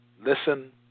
listen